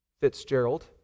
Fitzgerald